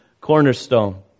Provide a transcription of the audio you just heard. cornerstone